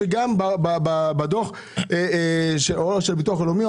שגם בדוח של הביטוח הלאומי,